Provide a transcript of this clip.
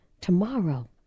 tomorrow